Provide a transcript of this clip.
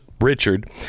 Richard